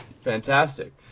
Fantastic